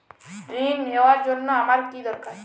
ঋণ নেওয়ার জন্য আমার কী দরকার?